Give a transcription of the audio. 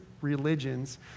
religions